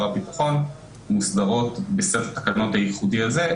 הביטחון מוסדרות בסט תקנות הייחודי הזה,